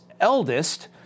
eldest